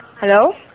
Hello